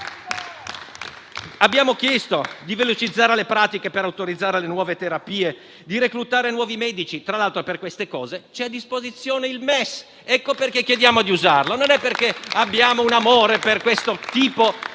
Abbiamo chiesto di velocizzare le pratiche per autorizzare le nuove terapie, di reclutare nuovi medici. Tra l'altro, per queste cose c'è a disposizione il Meccanismo europeo di stabilità (MES): ecco perché chiediamo di usarlo, non perché abbiamo un amore per questo tipo di